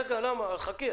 רגע, חכי.